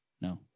No